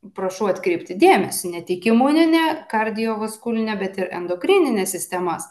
prašau atkreipti dėmesį ne tik imuninę kardiovaskulinę bet ir endokrininę sistemas